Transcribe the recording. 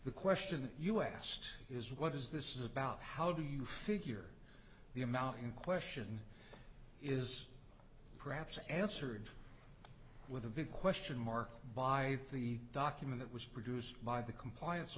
the question you asked is what is this is about how do you figure the amount in question is perhaps answered with a big question mark by the document that was produced by the compliance